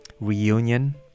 Reunion